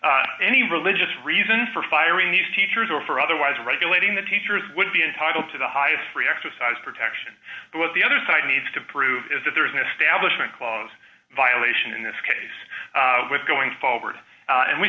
that any religious reason for firing these teachers or for otherwise regulating the teachers would be entitled to the highest free exercise protection but what the other side needs to prove is that there is an establishment clause violation in this case with going forward and we